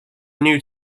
new